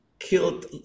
Killed